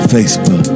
Facebook